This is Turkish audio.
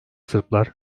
sırplar